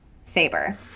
Saber